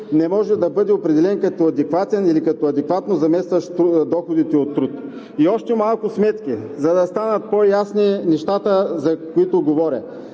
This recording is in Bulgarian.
не може да бъде определен като адекватен или като адекватно заместващ доходите от труд. И още малко сметки, за да станат по-ясни нещата, за които говоря.